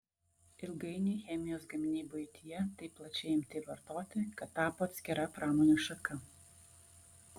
ilgainiui chemijos gaminiai buityje taip plačiai imti vartoti kad tapo atskira pramonės šaka